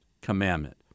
commandment